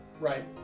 Right